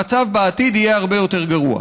המצב בעתיד יהיה הרבה יותר גרוע.